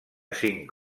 cinc